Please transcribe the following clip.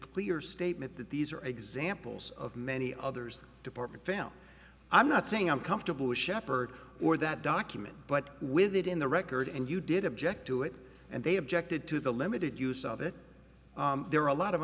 clear statement that these are examples of many others the department failed i'm not saying i'm comfortable with shepard or that document but with it in the record and you did object to it and they objected to the limited use of it there are a lot of